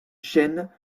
chen